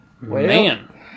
Man